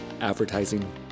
advertising